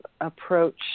Approach